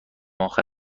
اخر